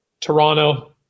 Toronto